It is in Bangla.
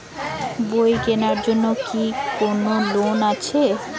বই কেনার জন্য কি কোন লোন আছে?